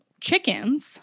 chickens